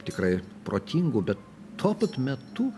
tikrai ir protingų bet tuo pat metu